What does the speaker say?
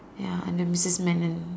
ya under Missus Manon